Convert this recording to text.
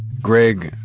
greg,